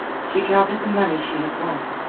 she counted the money she had won.